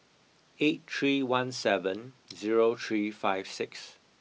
eight three one seven zero three five six